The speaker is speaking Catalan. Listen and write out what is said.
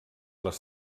les